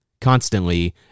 constantly